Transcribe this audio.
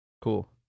Cool